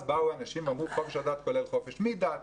אז באו אנשים ואמרו חופש הדת כולל חופש מדת.